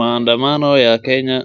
Maandamano ya Kenya